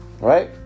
Right